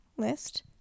list